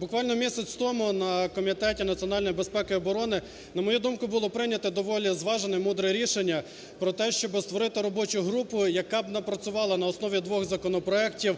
буквально місяць тому на Комітеті національної безпеки і оборони, на мою думку, було прийнято доволі зважене, мудре рішення про те, щоби створити робочу групу, яка б напрацювала на основі двох законопроектів